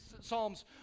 Psalms